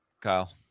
Kyle